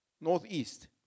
northeast